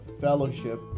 fellowship